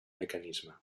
mecanisme